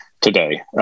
today